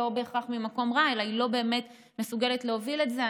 לא בהכרח ממקום רע אלא היא לא באמת מסוגלת להוביל את זה,